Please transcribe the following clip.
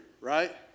right